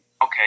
Okay